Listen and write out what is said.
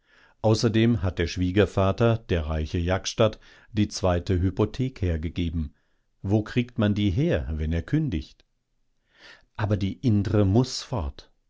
außerdem hat der schwiegervater der reiche jaksztat die zweite hypothek hergegeben wo kriegt man die her wenn er kündigt aber die indre muß fort